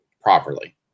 properly